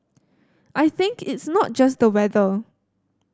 I think it's not just the weather